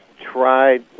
tried